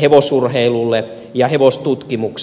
hevosurheilulle ja hevostutkimukseen